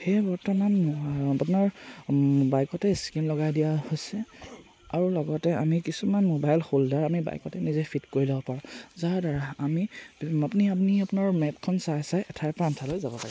সেয়ে বৰ্তমান আপোনাৰ বাইকতে স্কিন লগাই দিয়া হৈছে আৰু লগতে আমি কিছুমান মোবাইল হোল্ডাৰ আমি বাইকতে নিজে ফিট কৰি ল'ব পাৰোঁ যাৰ দ্বাৰা আমি আপুনি আপুনি আপোনাৰ মেপখন চাই চাই এঠাইৰ পৰা আন ঠাইলৈ যাব পাৰে